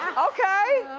um okay.